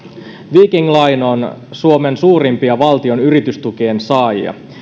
viking line on suomen suurimpia valtion yritystukien saajia